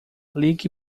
ligue